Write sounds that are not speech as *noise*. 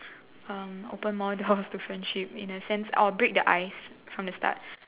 um open more doors *laughs* to friendship in a sense I will break the ice from the start